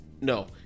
No